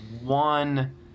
one